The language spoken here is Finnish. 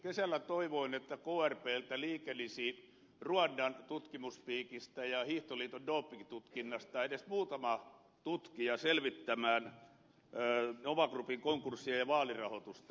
kesällä toivoin että krpltä liikenisi ruandan tutkimuspiikistä ja hiihtoliiton dopingtutkinnasta edes muutama tutkija selvittämään nova groupin konkurssia ja vaalirahoitusta